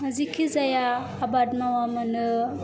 जायखिजाया आबाद मावामानो